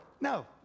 No